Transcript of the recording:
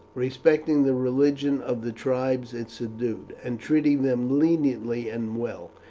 respecting the religion of the tribes it subdued, and treating them leniently and well.